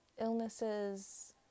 illnesses